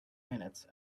minutes